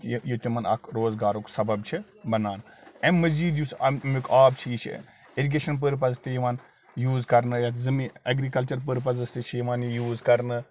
یہِ یہِ تِمَن اکھ روزگارُک سَبَب چھِ بَنان اَمہِ مٔزیٖد یُس اَمیُک آب چھِ یہِ چھِ اِرِگیشَن پٔرپَز تہِ یِوان یوٗز کَرنہٕ یَتھ زٔمیٖن اٮ۪گرِکَلچَر پٔرپَزَس تہِ چھِ یِوان یہِ یوٗز کَرنہٕ